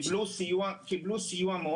קיבלו סיוע קטן,